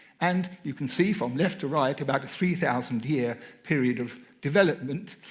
and you can see, from left to right, about the three thousand year period of development.